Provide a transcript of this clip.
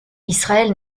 israël